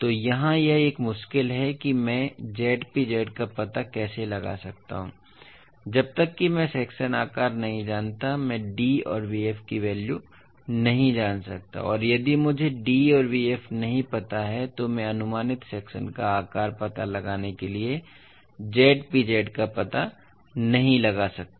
तो यहाँ यह एक मुश्किल है कि मैं Zpz का पता कैसे लगा सकता हूँ जब तक कि मैं सेक्शन आकार नहीं जानता मैं d और bf की वैल्यू नहीं जान सकता और यदि मुझे d और bf नहीं पता है तो मैं अनुमानित सेक्शन का आकार पता लगाने के लिए Zpz का पता नहीं लगा सकता